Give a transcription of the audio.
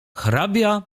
hrabia